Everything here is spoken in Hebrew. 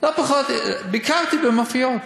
ביקרתי במאפיות.